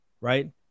right